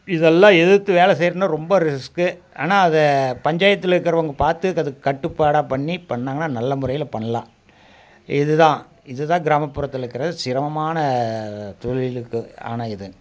இதெல்லாம் எதிர்த்து வேலை செய்யிறதுன்னா ரொம்ப ரிஸ்க் ஆனால் அதை பஞ்சாயத்திலக்குறவங்க பார்த்து அதுக்கு கட்டுப்பாடாக பண்ணி பண்ணாங்கன்னா நல்ல முறையில் பண்ணலாம் இதுதான் இதுதான் கிராமப்புறத்துலருக்குற சிரமமான தொழிலுக்கான இது